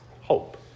hope